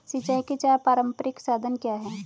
सिंचाई के चार पारंपरिक साधन क्या हैं?